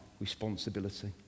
responsibility